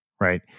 right